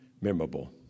memorable